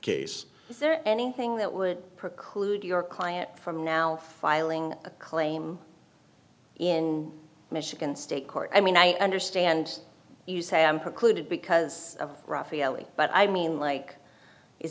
there anything that would preclude your client from now filing a claim in michigan state court i mean i understand you say i'm precluded because of rafaeli but i mean like is